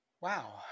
Wow